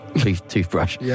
toothbrush